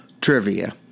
trivia